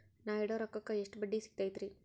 ನಾ ಇಡೋ ರೊಕ್ಕಕ್ ಎಷ್ಟ ಬಡ್ಡಿ ಸಿಕ್ತೈತ್ರಿ?